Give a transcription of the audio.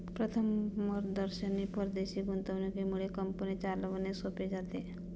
प्रथमदर्शनी परदेशी गुंतवणुकीमुळे कंपनी चालवणे सोपे जाते